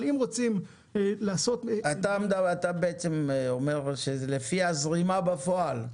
אבל אם רוצים --- אתה בעצם אומר שזה לפי הזרימה בפועל?